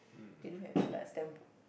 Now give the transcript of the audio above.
they do have like a stamp book